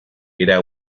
era